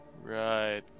Right